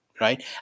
Right